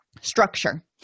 structure